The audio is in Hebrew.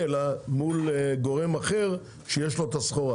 אלא מול גורם אחר שיש לו את הסחורה?